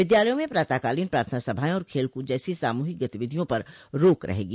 विद्यालयों में प्रातःकालीन प्रार्थना सभाएं और खेलकूद जैसी सामूहिक गतिविधियों पर रोक रहेगी